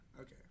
okay